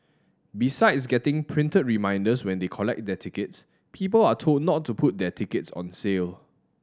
besides getting printed reminders when they collect their tickets people are told not to put their tickets on sale